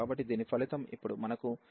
కాబట్టి దీని ఫలితం ఇప్పుడు మనకు ex2x2